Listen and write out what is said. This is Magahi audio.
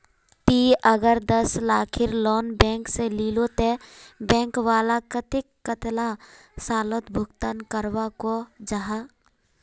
ती अगर दस लाखेर लोन बैंक से लिलो ते बैंक वाला कतेक कतेला सालोत भुगतान करवा को जाहा?